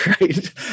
Right